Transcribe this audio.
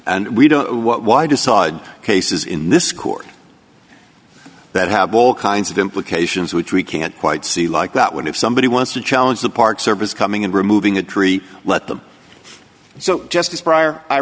why decide cases in this court that have all kinds of implications which we can't quite see like that when if somebody wants to challenge the park service coming and removing a tree let them so justice pryor i